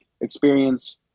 experience